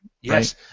Yes